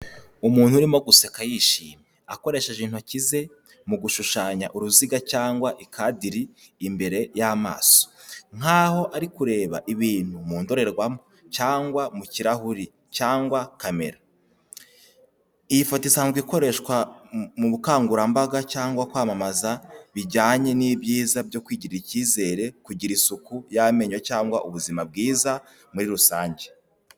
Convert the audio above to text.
Umuntu urimo guseka yishimye; akoresheje intoki ze mu gushushanya uruziga cyangwa ikadiri imbere y'amaso. Nkaho ari kureba ibintu mu ndorerwamo, cyangwa mu kirahuri, cyangwa kamera. Iyi foto isanzwe ikoreshwa mu bukangurambaga cyangwa kwamamaza, bijyanye n'ibyiza byo kwigirira icyizere, kugira isuku y'amenyo, cyangwa ubuzima bwiza muri rusange.